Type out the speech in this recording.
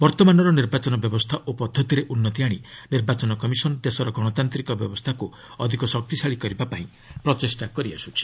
ବର୍ତ୍ତମାନର ନିର୍ବାଚନ ବ୍ୟବସ୍ଥା ଓ ପଦ୍ଧତିରେ ଉନ୍ନତି ଆଣି ନିର୍ବାଚନ କମିଶନ ଦେଶର ଗଣତାନ୍ତ୍ରିକ ବ୍ୟବସ୍ଥାକୁ ଅଧିକ ଶକ୍ତିଶାଳୀ କରିବା ପାଇଁ ପ୍ରଚେଷ୍ଟା କରିଆସୁଛି